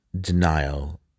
denial